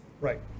right